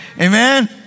Amen